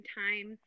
time